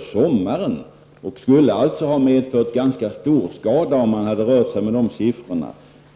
sommaren genom domstolsutslag. Det skulle ha medfört stor skada om det hade varit fråga om dessa siffror.